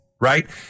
right